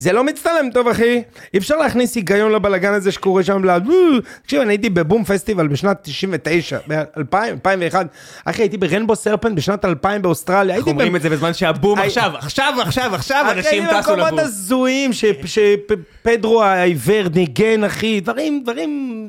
זה לא מצטלם טוב, אחי. אפשר להכניס היגיון לבלגן הזה שקורה שם. עכשיו, אני הייתי בבום פסטיבל בשנת 99', 2001. אחי, הייתי ברנבו סרפנד בשנת 2000 באוסטרליה. איך אומרים את זה בזמן שהבום... עכשיו, עכשיו, עכשיו, עכשיו, עכשיו. עכשיו, עם המקומות הזויים, שפדרו, הייברד, ניגן, אחי, דברים...